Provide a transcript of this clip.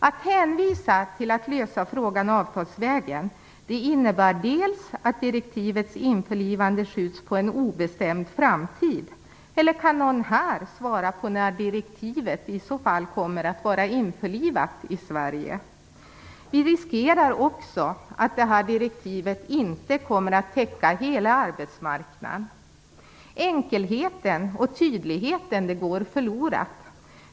Att hänvisa till att lösa frågan avtalsvägen innebär dels att direktivets införlivande skjuts på en obestämd framtid. Eller kan någon här i kammaren svara på när direktivet i så fall kommer att vara införlivat i svensk lagstiftning? Vi riskerar också att direktivet inte kommer att täcka hela arbetsmarknaden. Enkelheten och tydligheten går förlorade.